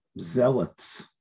zealots